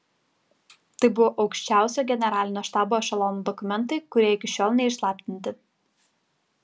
tai buvo aukščiausio generalinio štabo ešelono dokumentai kurie iki šiol neišslaptinti